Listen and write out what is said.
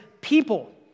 people